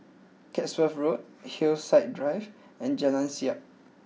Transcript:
Chatsworth Road Hillside Drive and Jalan Siap